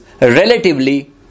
relatively